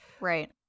right